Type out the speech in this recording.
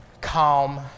calm